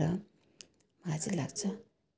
र मलाई चाहिँ लाग्छ